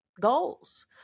goals